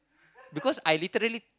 because I literally